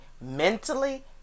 mentally